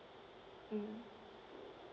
mm